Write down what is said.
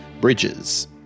Bridges